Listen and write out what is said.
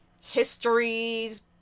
histories